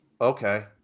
okay